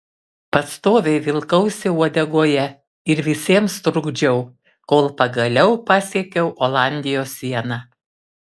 pastoviai vilkausi uodegoje ir visiems trukdžiau kol pagaliau pasiekiau olandijos sieną